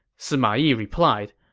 sima yi replied,